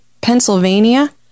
Pennsylvania